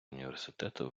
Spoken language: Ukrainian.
університету